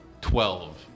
Twelve